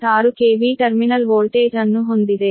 6 KV terminal voltage ಅನ್ನು ಹೊಂದಿದೆ